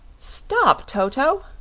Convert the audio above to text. stop, toto!